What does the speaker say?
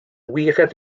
wieħed